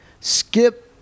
Skip